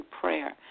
prayer